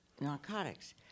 narcotics